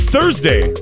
Thursday